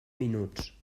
minuts